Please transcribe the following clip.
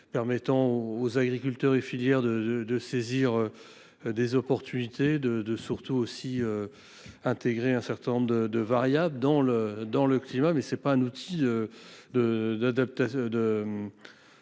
permettre aux agriculteurs et aux filières de saisir des opportunités et d’intégrer un certain nombre de variables, dont le climat. Mais ce n’est pas un outil d’atténuation